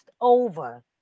over